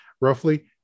roughly